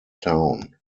town